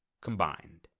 Combined